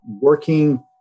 working